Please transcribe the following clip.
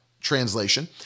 translation